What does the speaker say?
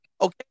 okay